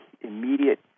immediate